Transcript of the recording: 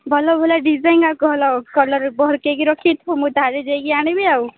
ଭଲ ଭଲ ଡିଜାଇନ୍ ଆଉ କଲର୍ ରଖିଥିବ ମୁଁ ତାହେଲେ ଯାଇକି ଆଣିବି ଆଉ